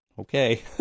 Okay